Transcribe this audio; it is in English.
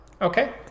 Okay